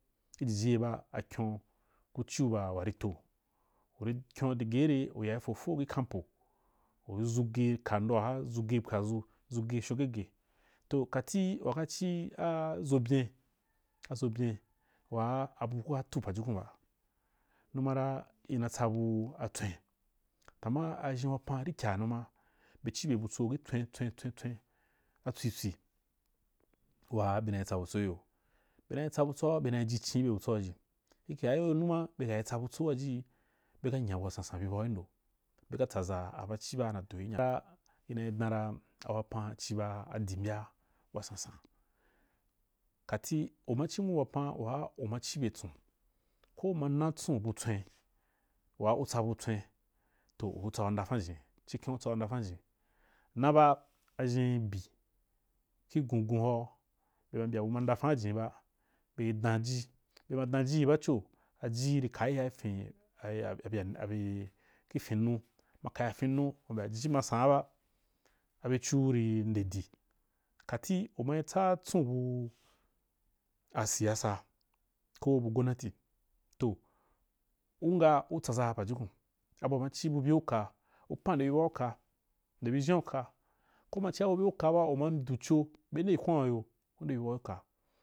Ki jiji ge ba akyon ki ciu ba warito u ri kyen dage i re ya fofo ki kampo u ri ʒu ge ka ndo agara, ʒuge pwad ʒu ʒu ge shongege toh koti waga aʒo byen abu kuka tu pajukun ba numa ra ina tsabu atswen tanma na aʒhen wapan rikya numa be ci bye butso ki tswen tswen atswitswi waa bena tsa butso kiyo bena tsat butso a bena ji cin ki bye butso aji be ka kiyo numa bekai tsa butʃo aji beka tsaʒa a banci baa nado ki nyaken ina danra a wapan ciba a di mbya wasansan kati u ma ci nwu wapan waa uma cibe tson uma natson bu tswen waa u tsabu tswen toh u tsau ndafan jini ci kem u tsau ndafam jini naba aʒhen bi ki gongon hora be mbya abu ma ndafaan jinni ba be dam ji be ma dam ji yi baco aji ri kayayafij abye, abye kifin nnu ma kaya tsin nnu aji ma sa’an ba abyeciu ri nde di kati u mai tsa tson bu a siyasa koh bu gonnati toh u nghaa u tsaʒa pajukun. Abu wa ma ci bu bye u ka u pan nde bi bye uka upan nde bi ʒhen uka koh ma cia bu bye uka ba u ma du co be nde kwan’u giyo u nde bi bau gi uka.